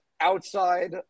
outside